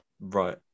Right